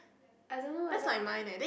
I don't know whether